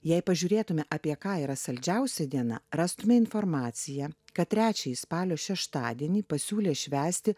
jei pažiūrėtumėme apie ką yra saldžiausias diena rastumėme informaciją kad trečiąjį spalio šeštadienį pasiūlė švęsti